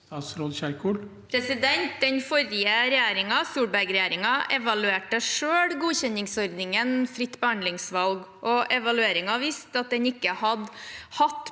Den forrige re- gjeringen, Solberg-regjeringen, evaluerte selv godkjenningsordningen fritt behandlingsvalg, og evalueringen viste at den ikke hadde hatt